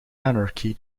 anarchy